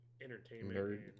entertainment